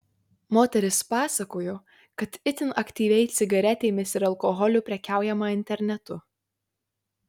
moteris pasakojo kad itin aktyviai cigaretėmis ir alkoholiu prekiaujama internetu